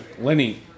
Lenny